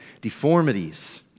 deformities